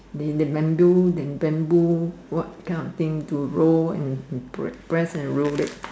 they band do than bamboo what cannot think to row and brag press and rail leg